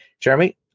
jeremy